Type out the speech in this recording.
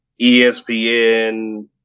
ESPN